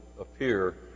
appear